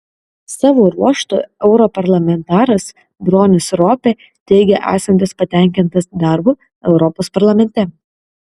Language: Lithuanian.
savo ruožtu europarlamentaras bronis ropė teigė esantis patenkintas darbu europos parlamente